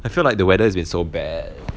I feel like the weather has been so bad